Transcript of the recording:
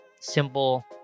simple